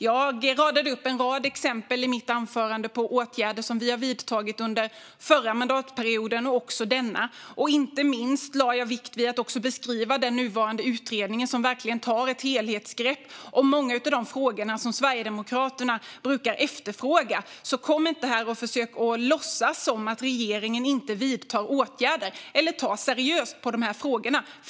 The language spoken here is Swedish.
Jag radade upp ett antal exempel i mitt anförande på åtgärder som vi har vidtagit under denna mandatperiod och den förra, och inte minst lade jag vikt vid att beskriva den utredning som verkligen tar ett helhetsgrepp om många av de frågor som Sverigedemokraterna brukar efterfråga fokus på. Kom inte här och låtsas som att regeringen inte vidtar åtgärder eller tar seriöst på de här frågorna!